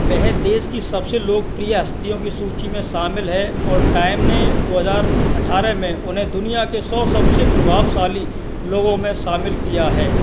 वह देश की सबसे लोकप्रिय हस्तियों की सूची में शामिल है और टाइम ने दो हज़ार अठारह में उन्हें दुनिया के सौ सबसे प्रभावशाली लोगों में शामिल किया है